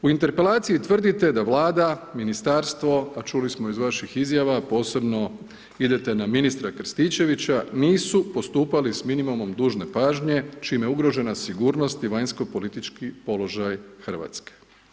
U interpelaciji tvrdite, da Vlada, ministarstvo a čuli smo iz vaših izjava, posebno idete na ministra Krstičevića, nisu postupali s minimalno dužne pažnje, čime je ugrožena sigurnost i vanjskopolitički položaj Hrvatske.